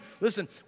listen